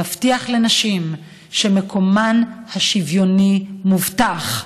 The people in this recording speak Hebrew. נבטיח לנשים שמקומן השוויוני מובטח.